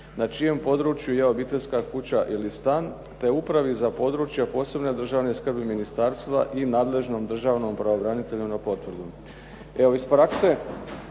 na čijem području je obiteljska kuća ili stan, te Upravi za područja posebne državne skrbi ministarstva i nadležnom državnom pravobranitelju na potvrdu. Evo iz prakse,